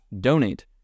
donate